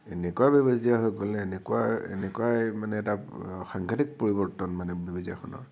এনেকুৱা বেবেজীয়া হৈ গ'লনে এনেকুৱা এনেকুৱাই মানে এটা সাংঘাতিক পৰিৱৰ্তন মানে বেবেজীয়াখনৰ